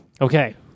Okay